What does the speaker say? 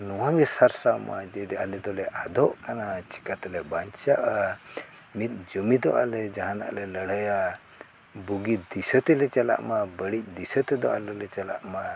ᱱᱚᱣᱟ ᱜᱮ ᱥᱟᱨᱥᱟᱣ ᱢᱟ ᱡᱮ ᱟᱞᱮ ᱫᱚᱞᱮ ᱟᱫᱚᱜ ᱠᱟᱱᱟ ᱪᱮᱠᱟᱛᱮᱞᱮ ᱵᱟᱧᱪᱟᱜᱼᱟ ᱢᱤᱫ ᱡᱚᱢᱤᱫᱚᱜ ᱟᱞᱮ ᱡᱟᱦᱟᱱᱟᱜ ᱞᱮ ᱞᱟᱹᱲᱦᱟᱭᱟ ᱵᱩᱜᱤ ᱫᱤᱥᱟᱹ ᱛᱮᱞᱮ ᱪᱟᱞᱟᱜ ᱢᱟ ᱵᱟᱹᱲᱤᱡ ᱫᱤᱥᱟᱹ ᱛᱮᱫᱚ ᱟᱞᱮ ᱞᱮ ᱪᱟᱞᱟᱜ ᱢᱟ